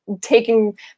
taking